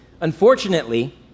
Unfortunately